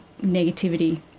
negativity